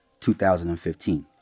2015